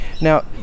Now